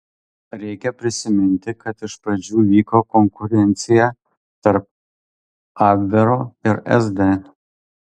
reikia prisiminti kad iš pradžių vyko konkurencija tarp abvero ir sd